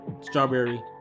strawberry